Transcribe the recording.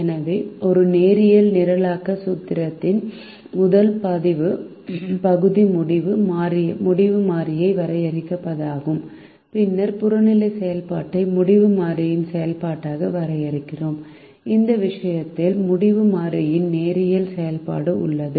எனவே ஒரு நேரியல் நிரலாக்க சூத்திரத்தின் முதல் பகுதி முடிவு மாறியை வரையறுப்பதாகும் பின்னர் புறநிலை செயல்பாட்டை முடிவு மாறியின் செயல்பாடாக வரையறுக்கிறோம் இந்த விஷயத்தில் முடிவு மாறியின் நேரியல் செயல்பாடு உள்ளது